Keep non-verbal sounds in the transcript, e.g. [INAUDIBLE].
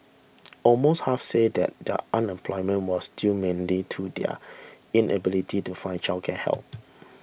almost half said that their unemployment was due mainly to the [HESITATION] inability to find childcare help